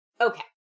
Okay